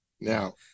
Now